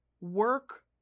work